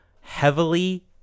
Heavily